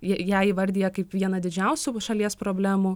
jie ją įvardija kaip vieną didžiausių šalies problemų